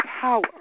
power